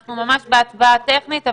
אנחנו ממש בהצבעה טכנית.